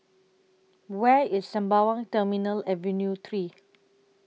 Where IS Sembawang Terminal Avenue three